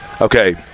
okay